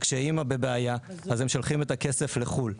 וכשאימא בבעיה אז הם שולחים את הכסף לחו"ל,